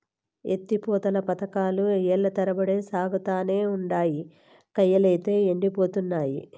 ఎత్తి పోతల పదకాలు ఏల్ల తరబడి సాగతానే ఉండాయి, కయ్యలైతే యెండిపోతున్నయి